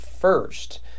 first